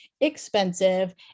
expensive